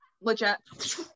legit